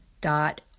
dot